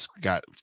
got